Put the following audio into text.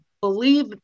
believe